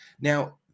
Now